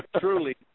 truly